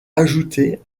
ajouté